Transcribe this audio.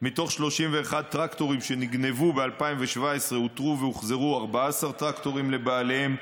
מתוך 31 טרקטורים שנגנבו ב-2017 אותרו והוחזרו 14 טרקטורים לבעליהם,